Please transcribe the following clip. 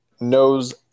knows